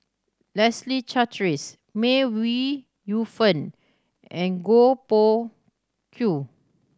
Leslie Charteris May Ooi Yu Fen and Goh Koh Pui